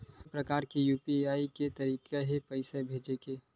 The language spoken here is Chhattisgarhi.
के प्रकार के यू.पी.आई के तरीका हे पईसा भेजे के?